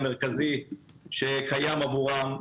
המרכזי שקיים עבורם,